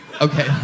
Okay